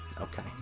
okay